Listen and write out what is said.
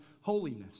holiness